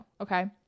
Okay